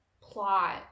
plot